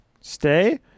Stay